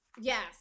Yes